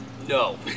No